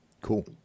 cool